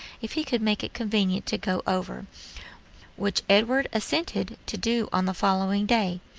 if he could make it convenient to go over which edward assented to do on the following day.